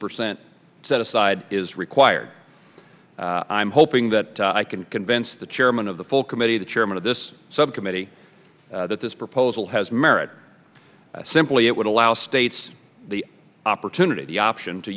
percent set aside is required i'm hoping that i can convince the chairman of the full committee the chairman of this subcommittee that this proposal has merit simply it would allow states the opportunity the option to